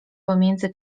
pomiędzy